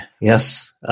Yes